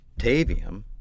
Tavium